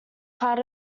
part